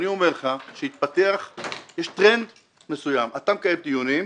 אני אומר לך שהתפתח טרנד מסוים, אתה מקיים דיונים,